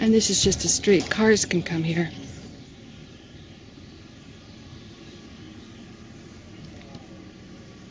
and this is just a street cars can come here